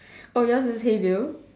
oh yours is hey bill